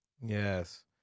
Yes